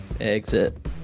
exit